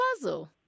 puzzle